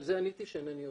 על זה עניתי שאינני יודע.